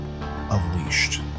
unleashed